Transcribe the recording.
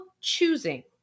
choosing